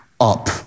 up